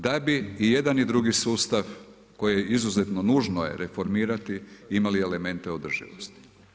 Da bi i jedan i drugi sustav koji je izuzetno nužno je reformirati imali elemente održivosti.